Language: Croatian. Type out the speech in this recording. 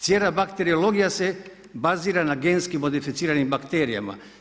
Cijela bakteriologija se bazira na genskim modificiranim bakterija.